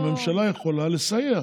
הממשלה יכולה לסייע,